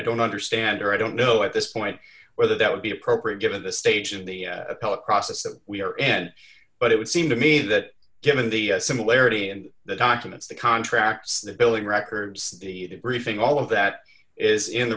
don't understand or i don't know at this point whether that would be appropriate given the stage of the appellate process that we are n but it would seem to me that given the similarity and the documents the contracts the billing records the briefing all of that is in the